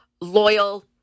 Loyal